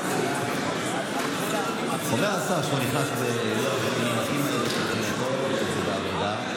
אומר השר שהוא נכנס ללוח זמנים הכי מהיר מבחינתו וזה בעבודה.